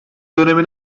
dönemi